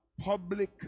public